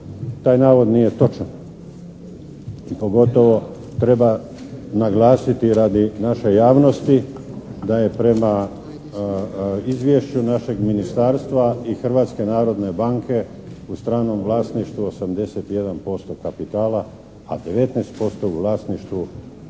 Taj navod nije točan. Pogotovo treba naglasiti radi naše javnosti da je prema izvješću našeg ministarstva i Hrvatske narodne banke u stranom vlasništvu 81% kapitala, a 19% u vlasništvu